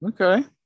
Okay